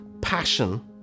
passion